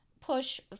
push